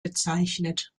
bezeichnet